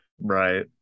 Right